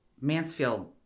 Mansfield